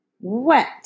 Wet